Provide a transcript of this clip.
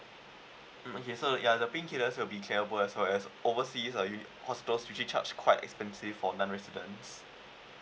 mm okay so ya the pain killer will be as well as overseas uh hospital usually charge quite expensive for non-resident